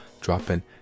dropping